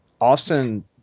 Austin